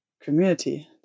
community